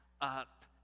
up